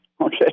Okay